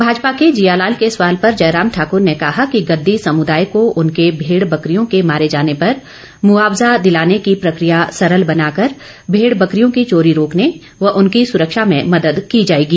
भाजपा के जियालाल के सवाल पर जयराम ठाकुर ने कहा कि गद्दी समुदाय को उनके भेड़ बकरियों के मारे जाने पर मुआवजा दिलाने की प्रकिया सरल बना कर भेड़ बकरियों की चोरी रोकने व उनकी सुरक्षा में मदद की जाएगी